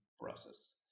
process